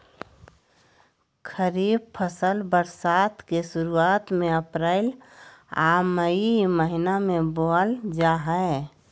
खरीफ फसल बरसात के शुरुआत में अप्रैल आ मई महीना में बोअल जा हइ